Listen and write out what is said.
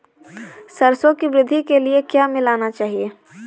सरसों की वृद्धि के लिए क्या मिलाना चाहिए?